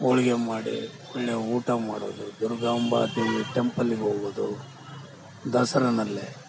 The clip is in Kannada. ಹೋಳಿಗೆ ಮಾಡಿ ಒಳ್ಳೆಯ ಊಟ ಮಾಡೋದು ದುರ್ಗಾಂಬ ದೇವಿ ಟೆಂಪಲ್ಲಿಗೆ ಹೋಗೋದು ದಸರಾನಲ್ಲೇ